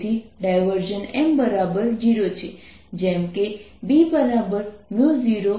M0 છે જેમ કે B0H M તે અનુસરે છે કે